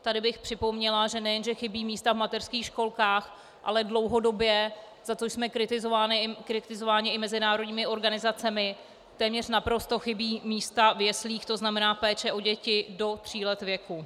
Tady bych připomněla, že nejenže chybí místa v mateřských školkách, ale dlouhodobě za což jsme kritizováni i mezinárodními organizacemi téměř naprosto chybí místa v jeslích, tzn. péče o děti do tří let věku.